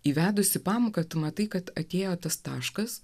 įvedusi pamoką tu matai kad atėjo tas taškas